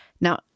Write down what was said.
Now